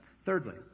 Thirdly